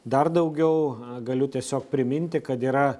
dar daugiau galiu tiesiog priminti kad yra